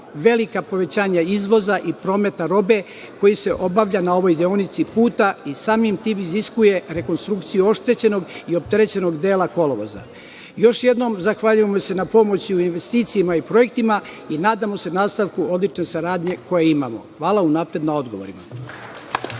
velika povećanja izvoza i prometa robe koji se obavlja na ovoj deonici puta i samim tim iziskuje rekonstrukciju oštećenog i opterećenog dela kolovoza. Još jednom zahvaljujemo se na pomoći investicijama i projektima i nadamo se nastavku odlične saradnje koju imamo. Hvala vam unapred na odgovorima.